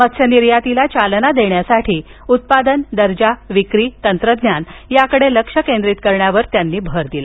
मत्स्य निर्यातीला चालनादेण्यासाठी उत्पादन दर्जा विक्री तंत्रज्ञान आर्दींकडे लक्ष केंद्रित करण्यावर त्यांनी भर दिला